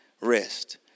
rest